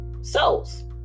souls